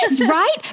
right